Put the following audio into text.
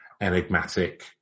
enigmatic